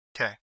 Okay